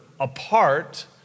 Apart